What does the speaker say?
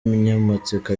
umunyamatsiko